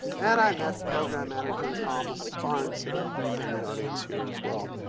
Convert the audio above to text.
and i met the program manager, tom ah sparn, sitting in the audience here, as well.